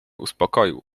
uspokoił